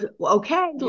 okay